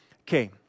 Okay